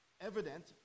evident